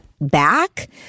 back